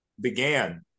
began